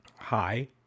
hi